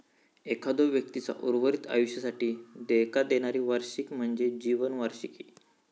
एखाद्यो व्यक्तीचा उर्वरित आयुष्यासाठी देयका देणारी वार्षिकी म्हणजे जीवन वार्षिकी